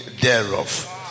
thereof